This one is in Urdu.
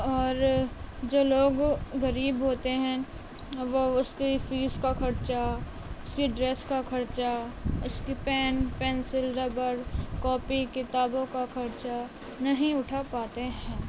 اور جو لوگ غریب ہوتے ہیں وہ اس کی فیس کا خرچہ اس کی ڈریس کا خرچہ اس کی پین پنسل ربر کاپی کتابوں کا خرچہ نہیں اٹھا پاتے ہیں